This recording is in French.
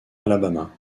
alabama